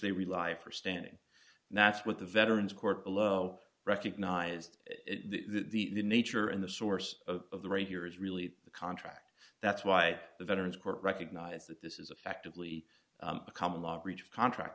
they rely for standing and that's what the veterans court below recognised the nature and the source of the right here is really the contract that's why the veterans court recognise that this is a fact of lee a common law breach of contract